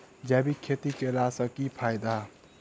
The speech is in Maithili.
जैविक खेती केला सऽ की फायदा?